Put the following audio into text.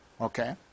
Okay